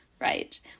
right